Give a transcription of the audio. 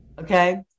okay